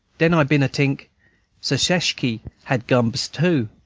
den i been-a-tink seceshkey hab guns too,